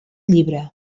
llibre